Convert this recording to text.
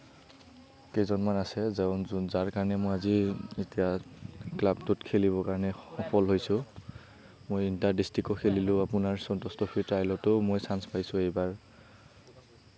কেইজনমান আছে যাৰ কাৰণে মই আজি এতিয়া ক্লাবটোত খেলিবৰ কাৰণে সফল হৈছোঁ মই ইণ্টাৰ ডিষ্ট্ৰিকটো খেলিছোঁ মই সন্তোষ ট্ৰফি ট্ৰাইলতো মই চাঞ্চ পাইছো এইবাৰ